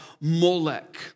Molech